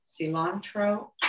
cilantro